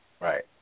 right